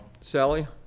Sally